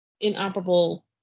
inoperable